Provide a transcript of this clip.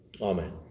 Amen